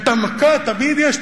את המכה תמיד יש,